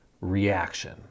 reaction